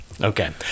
Okay